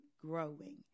growing